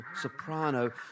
soprano